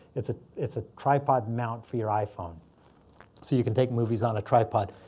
it's a it's a tripod mount for your iphone so you can take movies on a tripod.